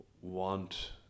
want